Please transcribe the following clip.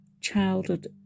childhood